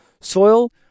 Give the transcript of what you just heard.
Soil